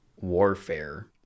warfare